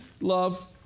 love